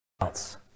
else